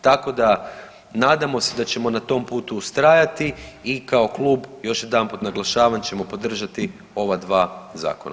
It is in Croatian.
Tako da nadamo se da ćemo na tom putu ustrajati i kao klub još jedanput naglašavam ćemo podržati ova dva zakona.